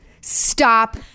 Stop